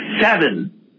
seven